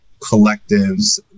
collectives